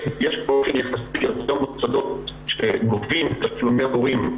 יש באופן יחסי יותר מוסדות שגובים תשלומי הורים,